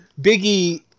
Biggie